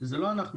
זה לא אנחנו,